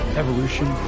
evolution